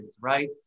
right